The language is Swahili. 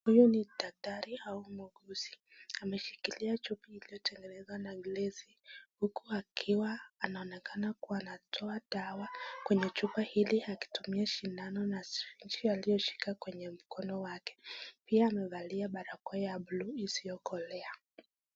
Huyu ni daktari au muuguzi ameshikilia chupa iliyo tengenezwa na glasi huku akiwa anaonekana kuwa anatoa dawa kwenye chupa hili akitumia sindano na syringe aliyoshika kwenye mkono wake, pia amevalia barakoa ya buluu isiyokolea.